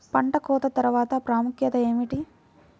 పంట కోత తర్వాత ప్రాముఖ్యత ఏమిటీ?